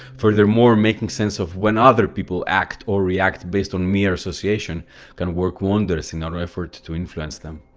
furthermore, making sense of when other people act or react based on mere association can work wonders in our effort to influence them.